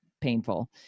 painful